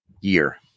year